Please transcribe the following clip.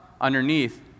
underneath